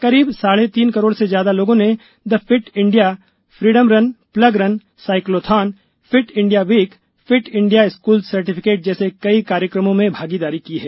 करीब साढ़े तीन करोड़ से ज्यादा लोगों ने the fit India freedom run plog run cyclothon fit India week fit India school certificate जैसे कई कार्यक्रमों में भागीदारी की है